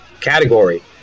category